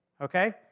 okay